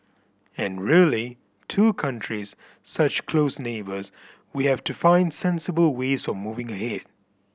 and really two countries such close neighbours we have to find sensible ways of moving ahead